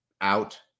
out